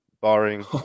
barring